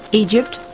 egypt,